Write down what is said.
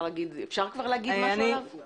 אפשר כבר להגיד עליו משהו?